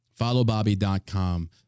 Followbobby.com